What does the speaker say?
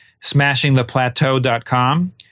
smashingtheplateau.com